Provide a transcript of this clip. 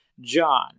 John